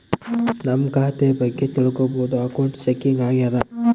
ನಮ್ ಖಾತೆ ಬಗ್ಗೆ ತಿಲ್ಕೊಳೋದು ಅಕೌಂಟ್ ಚೆಕಿಂಗ್ ಆಗ್ಯಾದ